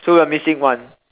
so we're missing one